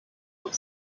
گفت